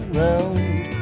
round